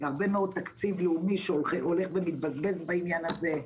הרבה מאוד תקציב לאומי שהולך ומתבזבז בעניין הזה.